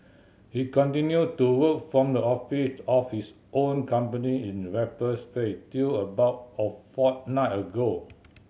he continued to work from the office of his own company in Raffles Place till about a fortnight ago